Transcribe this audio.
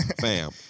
fam